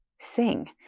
Sing